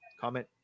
comment